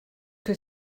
que